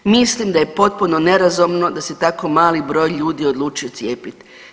Mislim da je potpuno nerazumno da se tako mali broj ljudi odlučio cijepit.